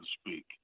speak